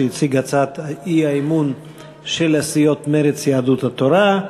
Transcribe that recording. שהציג את הצעת האי-אמון של הסיעות מרצ ויהדות התורה.